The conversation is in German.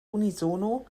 unisono